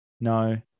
No